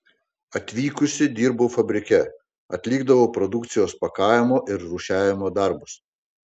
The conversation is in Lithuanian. atvykusi dirbau fabrike atlikdavau produkcijos pakavimo ir rūšiavimo darbus